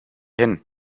hin